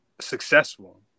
successful